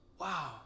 Wow